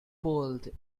pulled